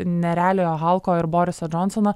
nerealiojo halko ir boriso džonsono